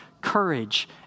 courage